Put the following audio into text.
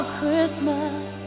Christmas